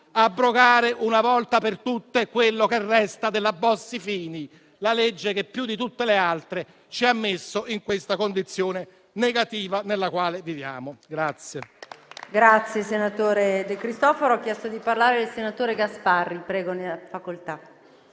abrogare una volta per tutte quello che resta della cosiddetta legge Bossi-Fini, la legge che più di tutte le altre ci ha messo nella condizione negativa nella quale viviamo.